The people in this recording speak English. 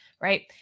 right